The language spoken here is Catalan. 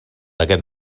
aquest